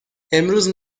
امروز